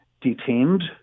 detained